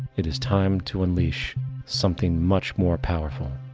it is time to unleash something much more powerful.